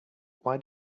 why